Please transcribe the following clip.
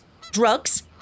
Drugs